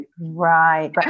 Right